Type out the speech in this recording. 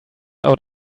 out